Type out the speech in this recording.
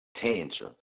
tantrum